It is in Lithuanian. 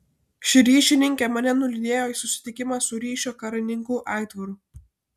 ši ryšininkė mane nulydėjo į susitikimą su ryšio karininku aitvaru